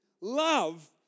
Love